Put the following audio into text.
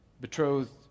betrothed